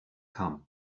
come